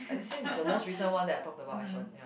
since its the most recent one that I talked about I shall ya